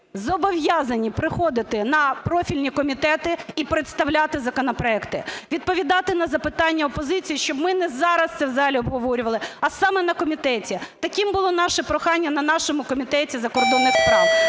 зобов'язані приходити на профільні комітети і представляти законопроекти, відповідати на запитання опозиції, щоб ми не зараз це в залі обговорювали, а саме на комітеті. Таким було наше прохання на нашому Комітеті у закордонних справах.